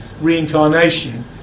reincarnation